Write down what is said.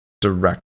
direct